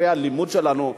בספרי הלימוד שלנו,